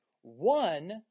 one